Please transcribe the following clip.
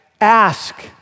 Ask